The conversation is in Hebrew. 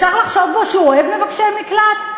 אפשר לחשוד בו שהוא אוהב מבקשי מקלט?